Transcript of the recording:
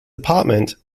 apartment